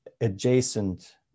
adjacent